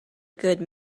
good